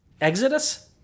Exodus